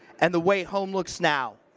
and the way home looks now.